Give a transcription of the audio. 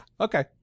okay